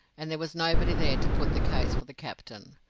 and there was nobody there to put the case for the captain.